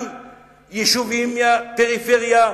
גם יישובים מהפריפריה,